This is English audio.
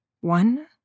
One